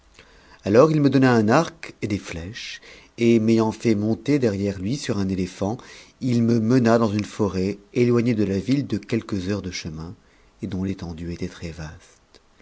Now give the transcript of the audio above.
alors il me donna un arc et des sèches et m'ayant fait monter dernerc lui sur un éléphant il me mena dans une forêt éloignée de la ville de quelques heures de chemin et dont l'étendue était très vaste